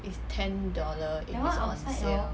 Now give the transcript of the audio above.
it's ten dollar if it's on sale